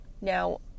Now